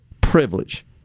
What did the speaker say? privilege